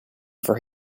for